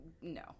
no